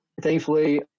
Thankfully